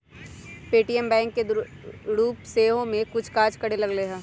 Paytm bank के रूप में सेहो कुछ काज करे लगलै ह